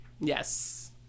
Yes